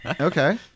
Okay